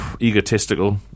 egotistical